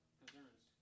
concerns